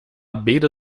beira